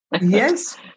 Yes